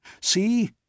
See